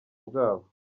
bwabo